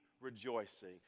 rejoicing